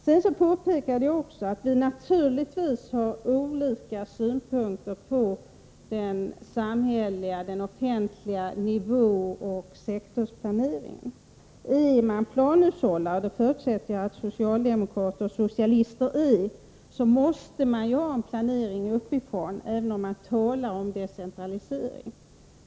I mitt anförande framhöll jag att vi naturligtvis har skilda synpunkter på den samhälleliga och offentliga nivåoch sektorsplaneringen. Som planhushållare, vilket jag förutsätter att socialdemokrater och socialister är, måste det finnas en uppifrån styrd planering, även om man talar om decentralisering.